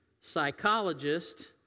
psychologist